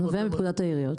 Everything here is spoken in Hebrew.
ובפקודת העיריות.